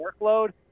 workload